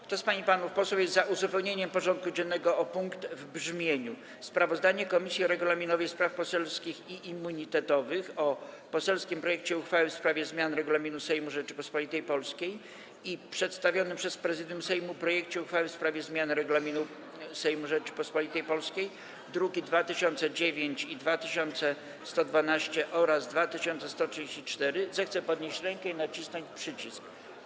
Kto z pań i panów posłów jest za uzupełnieniem porządku dziennego o punkt w brzmieniu: Sprawozdanie Komisji Regulaminowej, Spraw Poselskich i Immunitetowych o poselskim projekcie uchwały w sprawie zmiany Regulaminu Sejmu Rzeczypospolitej Polskiej oraz przedstawionym przez Prezydium Sejmu projekcie uchwały w sprawie zmiany Regulaminu Sejmu Rzeczypospolitej Polskiej, druki nr 2009, 2112 i 2134, zechce podnieść rękę i nacisnąć przycisk.